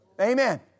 Amen